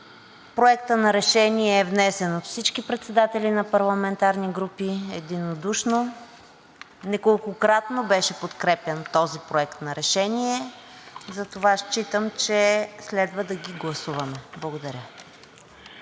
Проектът на решение е внесен от всички председатели на парламентарни групи единодушно. Неколкократно беше подкрепян този проект на решение, затова считам, че следва да го гласуваме. Благодаря.